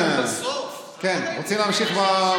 בסוף לא נחשב?